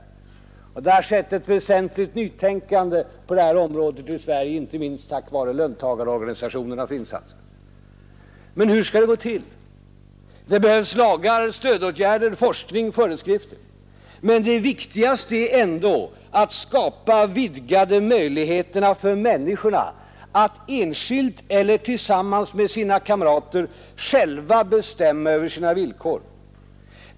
Det har skett ett väsentligt nytänkande på det här området i Sverige, inte minst tack vare löntagarorganisationer nas insatser. Men hur skall det gå till? Det behövs lagar, stödåtgärder, forskning, föreskrifter. Men det viktigaste är ändå att skapa vidgade möjligheter för människorna att enskilt eller tillsammans med sina kamrater själva bestämma över sina villkor.